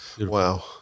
Wow